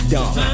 Dumb